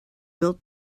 built